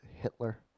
Hitler